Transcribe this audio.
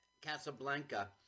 Casablanca